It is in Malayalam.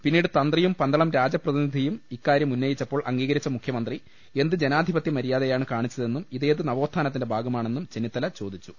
പിന്നീട് തന്ത്രിയും പന്തളം രാജ പ്രതി നിധിയും ഇക്കാര്യം ഉന്നയിച്ചപ്പോൾ അംഗീകരിച്ച മുഖ്യമന്ത്രി എന്ത് ജനാ ധിപത്യ മര്യാദയാണ് കാണിച്ചതെന്നും ഇതേത് നവോത്ഥാനത്തിന്റെ ഭാഗ മാണെന്നും ചെന്നിത്തല ചോദിച്ചു